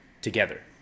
together